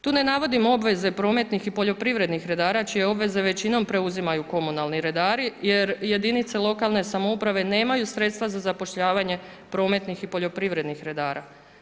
Tu ne navodim obveze prometnih i poljoprivrednih redara, čije obveze većinom preuzimaju komunalni redari, jer jedinice lokalne samouprave, nemaju sredstva za zapošljavanje prometnih i poljoprivrednih redara.